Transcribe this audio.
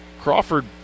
Crawford